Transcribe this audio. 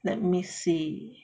let me see